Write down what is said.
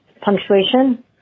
punctuation